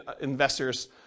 investors